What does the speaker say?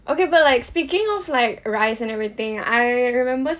okay but like speaking of like rice and everything I remember